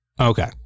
Okay